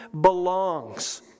belongs